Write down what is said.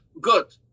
Good